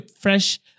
fresh